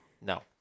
No